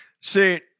See